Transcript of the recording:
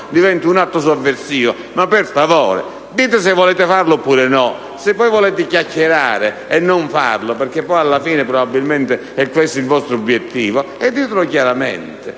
sia un atto sovversivo. Per favore, dite se volete farlo oppure no; se volete chiacchierare e non farlo - perché, alla fine, probabilmente questo è il vostro obiettivo - affermatelo chiaramente.